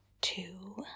two